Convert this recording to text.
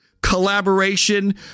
collaboration